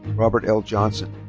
robert l. johnson.